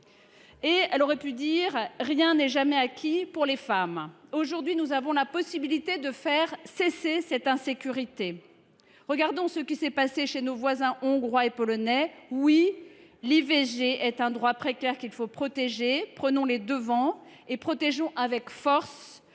? Elle aurait pu ajouter : rien n’est jamais acquis pour les femmes. Aujourd’hui, nous avons la possibilité de faire cesser cette insécurité. Regardons ce qui s’est passé chez nos voisins hongrois et polonais. Oui, l’IVG est un droit précaire qu’il faut protéger. Prenons les devants et protégeons avec force